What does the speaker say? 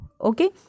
okay